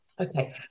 Okay